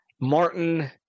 Martin